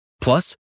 Plus